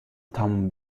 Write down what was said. تموم